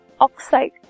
Oxide